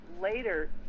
later